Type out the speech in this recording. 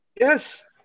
Yes